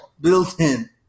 Built-in